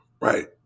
right